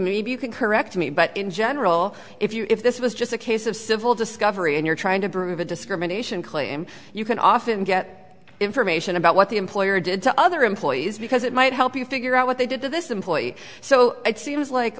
maybe you can correct me but in general if this was just a case of civil discovery and you're trying to prove a discrimination claim you can often get information about what the employer did to other employees because it might help you figure out what they did to this employee so it seems like